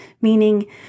meaning